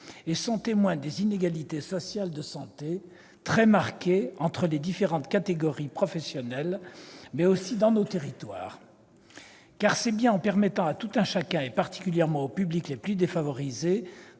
et sont témoins des inégalités sociales de santé, très marquées entre les différentes catégories socio-professionnelles, mais aussi dans nos territoires. C'est bien en permettant à tout un chacun, particulièrement aux publics les plus défavorisés,